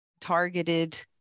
targeted